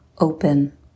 open